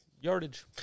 yardage